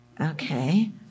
Okay